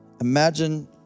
Imagine